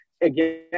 again